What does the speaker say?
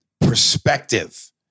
perspective